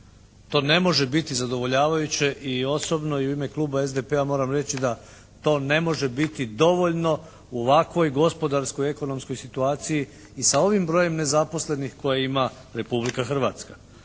To ne može biti zadovoljavajuće. I osobno i u ime kluba SDP-a moram reći da to ne može biti dovoljno u ovakvoj gospodarsko-ekonomskoj situaciji i sa ovim brojem nezaposlenih koje ima Republika Hrvatska.